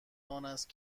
آنست